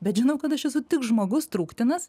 bet žinau kad aš esu tik žmogus trūktinas